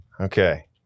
okay